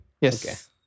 Yes